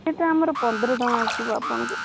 ସେଇଟା ଆମର ପନ୍ଦର ଟଙ୍କା ଆସିବ ଆପଣଙ୍କୁ